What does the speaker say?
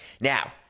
Now